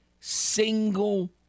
single